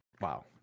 wow